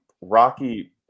Rocky